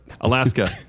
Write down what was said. Alaska